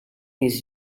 his